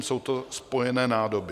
Jsou to spojené nádoby.